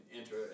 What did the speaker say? enter